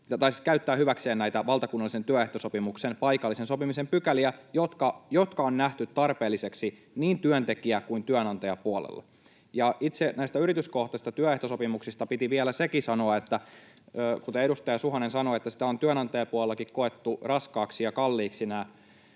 käyttää hyväksi näitä valtakunnallisen työehtosopimuksen paikallisen sopimisen pykäliä, jotka on nähty tarpeellisiksi niin työntekijä- kuin työnantajapuolella. Itse näistä yrityskohtaisista työehtosopimuksista piti vielä sekin sanoa, että kuten edustaja Suhonen sanoi, että on työnantajapuolellakin koettu raskaaksi ja kalliiksi nämä,